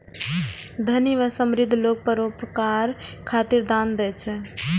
धनी आ समृद्ध लोग परोपकार खातिर दान दै छै